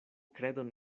kredon